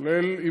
כולל אותי,